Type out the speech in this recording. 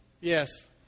yes